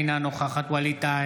אינה נוכחת ווליד טאהא,